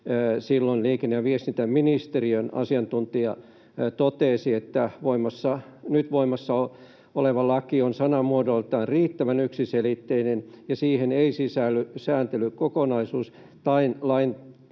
myöskin liikenne- ja viestintäministeriön asiantuntija totesi, että nyt voimassa oleva laki on sanamuodoltaan riittävän yksiselitteinen ja että siihen ei sisälly sääntelykokonaisuus tai lain